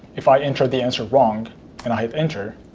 if i enter the answer wrong and i hit enter,